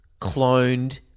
cloned